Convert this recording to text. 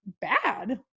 bad